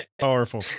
Powerful